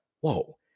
Whoa